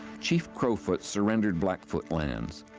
chief crowfoot surrendered blackfoot lands.